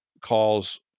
calls